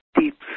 deep